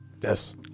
Yes